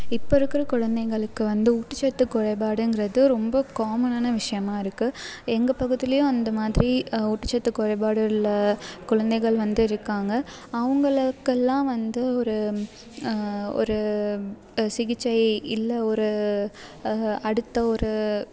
இப்போ இருக்கிற குழந்தைங்களுக்கு வந்து ஊட்டச்சத்து குறைபாடுங்கிறது ரொம்ப காமனான விஷயமா இருக்கு எங்கள் பகுதியிலையும் அந்த மாதிரி ஊட்டச்சத்து குறைபாடுள்ள குழந்தைகள் வந்து இருக்காங்க அவங்களுக்கெல்லாம் வந்து ஒரு ஒரு சிகிச்சை இல்லை ஒரு அடுத்த ஒரு